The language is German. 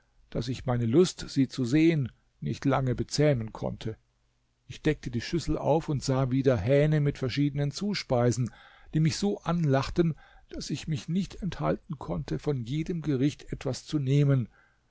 daß ich meine lust sie zu sehen nicht lange bezähmen konnte ich deckte die schüssel auf und sah wieder hähne mit verschiedenen zuspeisen die mich so anlachten daß ich mich nicht enthalten konnte von jedem gericht etwas zu nehmen